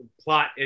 plot